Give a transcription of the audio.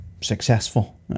successful